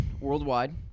worldwide